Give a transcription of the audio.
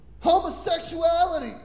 Homosexuality